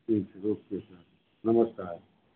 ठीक है ओके नमस्कार